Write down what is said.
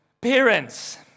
Parents